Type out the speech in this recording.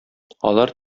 алар